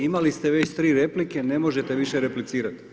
Imali ste već tri replike, ne možete više replicirati.